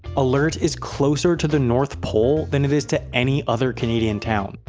alert is closer to the north pole than it is to any other canadian town.